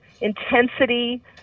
intensity